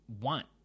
Want